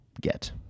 get